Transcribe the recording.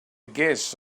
guess